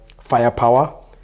firepower